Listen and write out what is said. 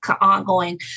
ongoing